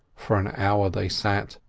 for an hour they sat,